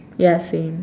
ya same